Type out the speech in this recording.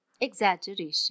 exaggeration